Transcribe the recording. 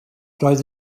roedd